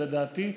לדעתי,